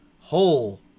whole